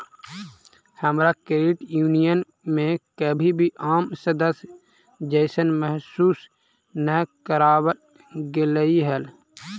हमरा credit union में कभी भी आम सदस्य जइसन महसूस न कराबल गेलई हल